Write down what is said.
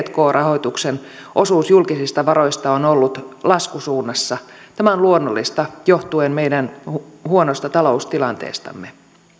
tk rahoituksen osuus julkisista varoista on ollut laskusuunnassa tämä on luonnollista johtuen meidän huonosta taloustilanteestamme